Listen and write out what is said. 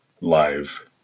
live